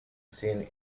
seen